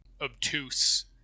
obtuse